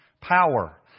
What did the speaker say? power